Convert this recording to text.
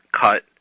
cut